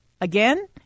Again